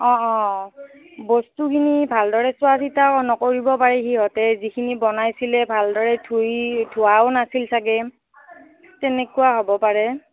অঁ অঁ বস্তুখিনি ভালদৰে চোৱা চিতাও নকৰিব পাৰে সিহঁতে যিখিনি বনাইছিলে ভালদৰে ধুই ধোৱাও নাছিল চাগৈ তেনেকুৱা হ'ব পাৰে